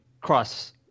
cross